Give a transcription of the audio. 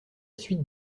suite